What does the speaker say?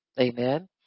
Amen